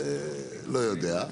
לא יודע.